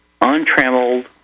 untrammeled